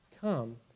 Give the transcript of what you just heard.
come